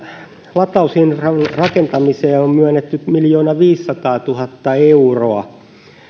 latausinfran rakentamiseen on myönnetty miljoonaviisisataatuhatta euroa